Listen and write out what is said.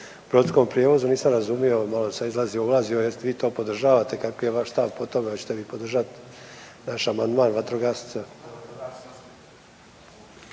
brodskom prijevozu. Nisam razumio, malo sam izlazio, ulazio, jel vi to podržavate, kakvi je vaš stav po tome, hoćete vi podržat naš amandman, vatrogasce?